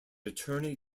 attorney